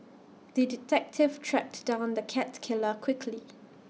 the detective tracked down the cat killer quickly